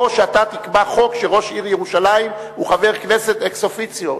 או שאתה תקבע חוק שראש העיר ירושלים הוא חבר כנסת אקס-אופיציו.